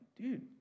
dude